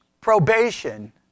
Probation